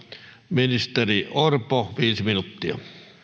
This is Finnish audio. ministeri orpo viisi minuuttia